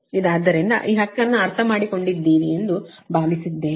ಆದ್ದರಿಂದ ಈ ಹಕ್ಕನ್ನು ಅರ್ಥಮಾಡಿಕೊಂಡಿದ್ದೀರಿ ಎಂದು ಭಾವಿಸುತ್ತೇನೆ